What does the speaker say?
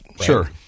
sure